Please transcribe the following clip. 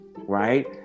right